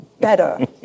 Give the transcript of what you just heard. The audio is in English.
better